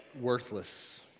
worthless